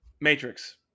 Matrix